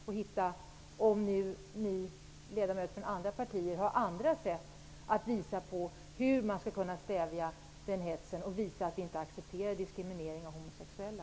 Vi får se om ledamöter från andra partier kan hitta andra sätt att stävja sådan här hets och visa att vi inte accepterar diskriminering av de homosexuella.